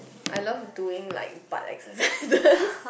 I love doing like butt exercises